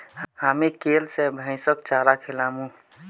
हामी कैल स भैंसक चारा खिलामू